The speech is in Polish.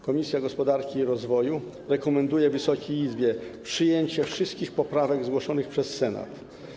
Komisja Gospodarki i Rozwoju rekomenduje Wysokiej Izbie przyjęcie wszystkich poprawek zgłoszonych przez Senat.